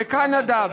בקנדה,